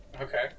Okay